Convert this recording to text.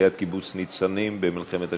ליד קיבוץ ניצנים במלחמת השחרור.